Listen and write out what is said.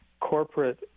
corporate